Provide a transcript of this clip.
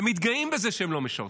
הם מתגאים בזה שהם לא משרתים,